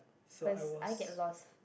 cause I get lost